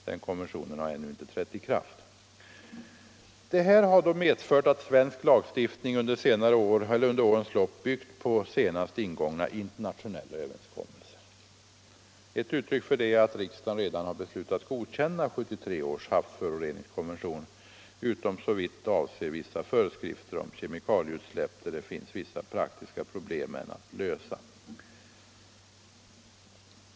Denna konvention har ännu inte trätt i kraft. Svensk lagstiftning har under åren alltså byggt på senast ingångna internationella överenskommelser. Ett uttryck härför är att riksdagen redan beslutat godkänna 1973 års havsföroreningskonvention utom såvitt avser vissa föreskrifter om kemikalieutsläpp där det återstår att lösa vissa praktiska problem.